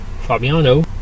Fabiano